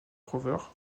rover